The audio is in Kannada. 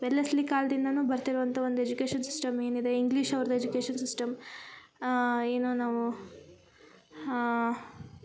ವೆಲ್ಲೆಸ್ಲಿ ಕಾಲದಿಂದನು ಬರ್ತಿರುವಂಥ ಒಂದು ಎಜುಕೇಶನ್ ಸಿಸ್ಟಮ್ ಏನಿದೆ ಇಂಗ್ಲೀಷವ್ರ್ದ ಎಜುಕೇಶನ್ ಸಿಸ್ಟಮ್ ಏನೋ ನಾವು ಹಾ